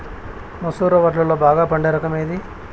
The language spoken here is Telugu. మసూర వడ్లులో బాగా పండే రకం ఏది?